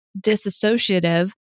disassociative